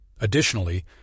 Additionally